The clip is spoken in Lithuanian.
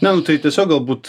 ne nu tai tiesiog galbūt